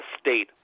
state